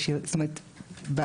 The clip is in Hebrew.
זאת אומרת,